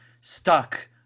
stuck